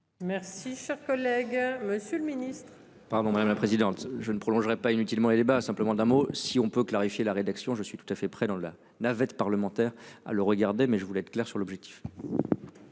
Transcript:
Merci, cher collègue, Monsieur le Ministre. Pardon, madame la présidente, je ne prolongerai pas inutilement et les bas simplement d'un mot, si on peut clarifier la rédaction, je suis tout à fait prêt dans le la navette parlementaire à le regarder mais je voulais être clair sur l'objectif.